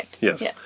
yes